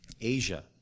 Asia